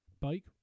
bike